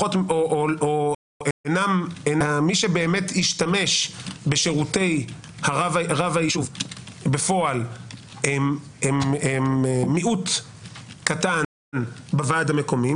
אלא מי שבאמת השתמש בשירותי רב היישוב בפועל הם מיעוט קטן בוועד המקומי,